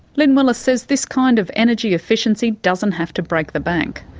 lyn willis says this kind of energy efficiency doesn't have to break the bank.